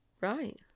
Right